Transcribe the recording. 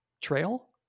trail